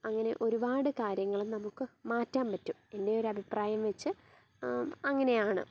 അങ്ങനെ ഒരുപാട് കാര്യങ്ങളും നമുക്ക് മാറ്റാൻ പറ്റും എൻ്റെ ഒരു അഭിപ്രായം വച്ച് അങ്ങനെയാണ്